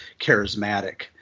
charismatic